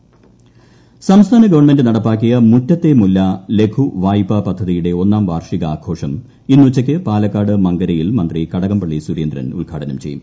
മുറ്റത്തെ മുല്ല സംസ്ഥാന ഗവർണമെന്റ് നടപ്പാക്കിയ മുറ്റത്തെ മുല്ല ലഘുവായ്പാ പദ്ധതിയുടെ ഒന്നാം വാർഷികാഘോഷം ഇന്ന് ഉച്ചയ്ക്ക് പാലക്കാട് മങ്കരയിൽ മന്ത്രി കടകംപളളി സുരേന്ദ്രൻ ഉദ്ഘാടനം ചെയ്യും